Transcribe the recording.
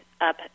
up